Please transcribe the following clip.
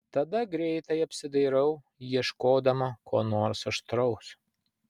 tada greitai apsidairau ieškodama ko nors aštraus